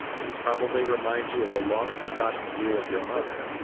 she probably reminds you of a long forgotten view of your mother.